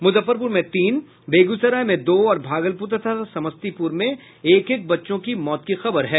मुजफ्फरपुर में तीन बेगूसराय में दो और भागलपुर तथा समस्तीपुर में एक एक बच्चों की मौत की खबर है